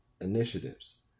initiatives